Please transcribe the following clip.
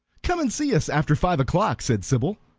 come and see us after five o'clock, said sybil.